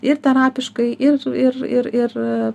ir terapiškai ir ir ir ir